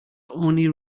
only